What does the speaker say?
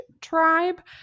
tribe